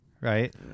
right